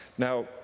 Now